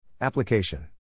Application